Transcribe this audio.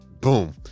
boom